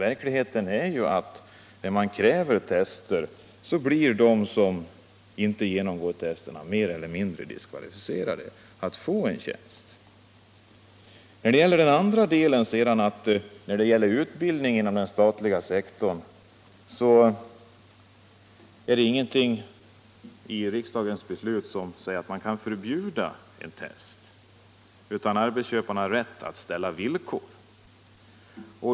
Den som inte går igenom tester, där sådana krävs, blir mer eller mindre diskva lificerad för att få en tjänst. När det gäller utbildningen inom den statliga sektorn har riksdagen inte ansett det lämpligt att förbjuda villkor om genomgång av test, utan arbetsköparna har rätt att ställa detta villkor.